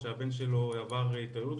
שהבן שלו עבר התעללות.